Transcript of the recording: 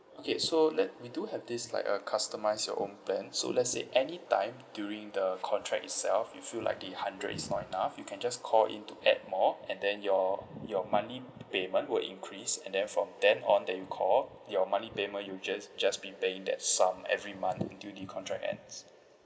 okay so let we do have this like uh customise your own plan so let's say anytime during the contract itself you feel like the hundred is not enough you can just call in to add more and then your your monthly payment will increase and then from then on that you call your monthly payment you'll just just be paying that sum every month until the contract ends